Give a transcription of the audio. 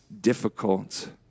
difficult